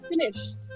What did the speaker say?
finished